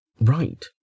right